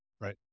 Right